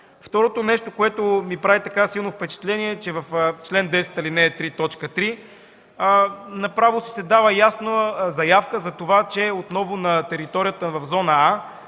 Второто нещо, което ми прави силно впечатление, е, че в чл. 10, ал. 3, т. 3 направо се дава ясна заявка, че отново на територията в зона „А”,